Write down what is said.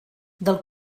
del